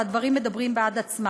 והדברים מדברים בעד עצמם: